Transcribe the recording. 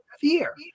fear